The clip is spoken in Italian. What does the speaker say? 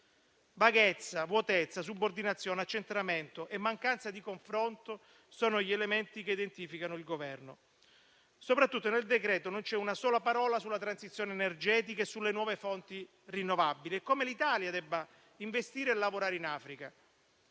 Vaghezza, vuotezza subordinazione, accentramento e mancanza di confronto sono gli elementi che identificano il Governo. Soprattutto, nel decreto-legge non c'è una sola parola sulla transizione energetica, sulle nuove fonti rinnovabili e sul modo in cui l'Italia debba investire e lavorare in Africa.